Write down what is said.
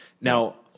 Now